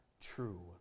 true